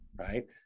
right